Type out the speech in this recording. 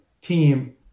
team